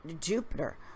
Jupiter